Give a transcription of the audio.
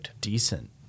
decent